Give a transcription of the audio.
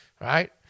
Right